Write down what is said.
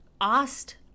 asked